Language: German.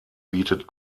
bietet